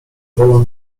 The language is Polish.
bolą